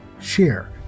share